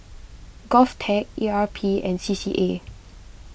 Govtech E R P and C C A